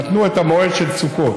נתנו את המועד של סוכות,